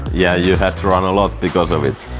yeah, you had to run a lot because of it.